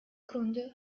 grunde